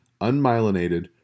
unmyelinated